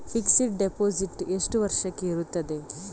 Fixed deposit ಎಷ್ಟು ವರ್ಷಕ್ಕೆ ಇರುತ್ತದೆ?